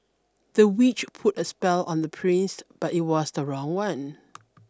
the witch put a spell on the prince but it was the wrong one